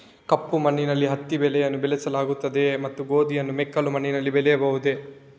ಕಪ್ಪು ಮಣ್ಣಿನಲ್ಲಿ ಹತ್ತಿ ಬೆಳೆಯನ್ನು ಬೆಳೆಸಲಾಗುತ್ತದೆಯೇ ಮತ್ತು ಗೋಧಿಯನ್ನು ಮೆಕ್ಕಲು ಮಣ್ಣಿನಲ್ಲಿ ಬೆಳೆಯಬಹುದೇ?